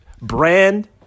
brand